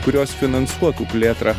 kurios finansuotų plėtrą